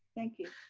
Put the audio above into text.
thank you,